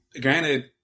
granted